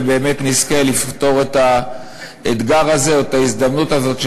ובאמת נזכה לפתור את האתגר הזה או את ההזדמנות הזאת,